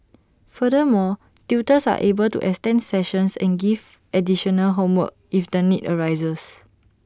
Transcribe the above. further more tutors are able to extend sessions and give additional homework if the need arises